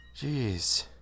Jeez